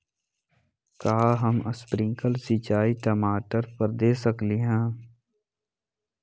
का हम स्प्रिंकल सिंचाई टमाटर पर दे सकली ह?